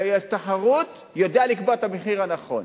והתחרות יודעת לקבוע את המחיר הנכון,